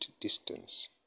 distance